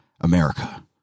America